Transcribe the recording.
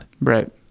Right